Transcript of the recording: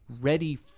ready